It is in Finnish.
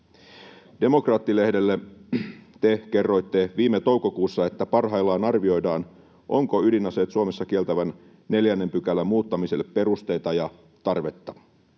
Demokraatti-lehdelle te kerroitte viime toukokuussa, että parhaillaan arvioidaan, onko ydinaseet Suomessa kieltävän 4 §:n muuttamiselle perusteita ja tarvetta.